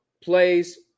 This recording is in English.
plays